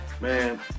Man